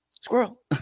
squirrel